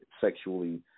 sexually